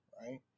right